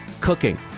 cooking